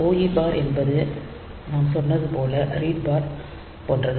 OE bar என்பது நாம் சொன்னது போல ரீட் பார் போன்றது